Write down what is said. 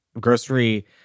grocery